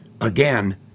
again